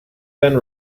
been